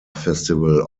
festival